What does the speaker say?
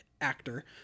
actor